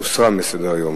הוסרה מסדר-היום.